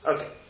Okay